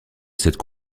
cette